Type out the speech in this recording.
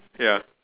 ya